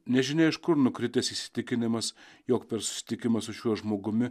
nežinia iš kur nukritęs įsitikinimas jog per susitikimą su šiuo žmogumi